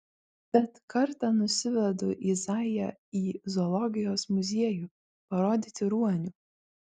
bet kartą nusivedu izaiją į zoologijos muziejų parodyti ruonių